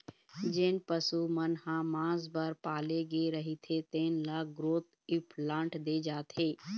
जेन पशु मन ल मांस बर पाले गे रहिथे तेन ल ग्रोथ इंप्लांट दे जाथे